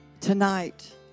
Tonight